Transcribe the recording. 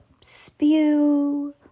Spew